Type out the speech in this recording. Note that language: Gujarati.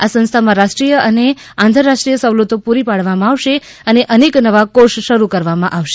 આ સંસ્થામાં રાષ્રી ાય અને આંતરરાષ્રીગડથ સવલતો પુરી પાડવામાં આવશે અને અનેક નવા કોર્ષ શરૂ કરવામાં આવશે